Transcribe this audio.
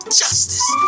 justice